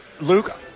Luke